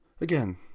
again